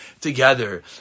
together